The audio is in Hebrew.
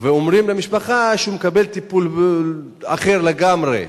ואומרים למשפחה שהוא מקבל טיפול אחר לגמרי,